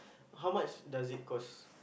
how much does it cost